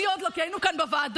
אני עוד לא, כי היינו כאן בוועדות.